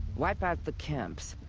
wipe out the camps.